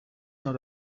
not